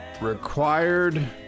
required